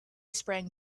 sprang